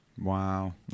Wow